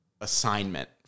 assignment